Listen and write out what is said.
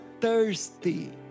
thirsty